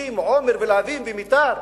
הסמוכים עומר ולהבים ומיתר,